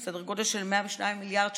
סדר גודל של 102 מיליארד שקלים,